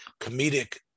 comedic